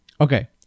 Okay